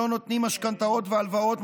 שלא נותנים משכנתאות והלוואות,